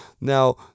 Now